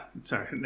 sorry